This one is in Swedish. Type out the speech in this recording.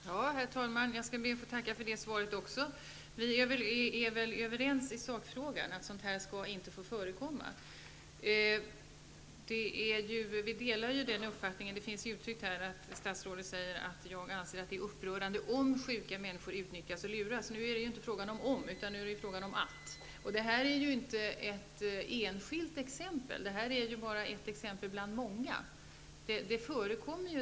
Herr talman! Jag skall be att få tacka även för detta svar. Vi är väl överens i sakfrågan: sådant här skall inte förekomma. Jag delar den uppfattning som statsrådet ger uttryck för, när han säger att ''det är upprörande om sjuka människor utnyttjas och luras''. Nu är det ju inte fråga om ''om'' utan fråga om ''att''. Det exempel som jag har tagit upp är ju inte det enda exemplet utan ett bland många. Sådant här förekommer.